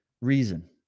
reason